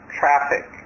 traffic